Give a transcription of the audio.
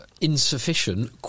insufficient